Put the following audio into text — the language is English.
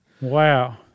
Wow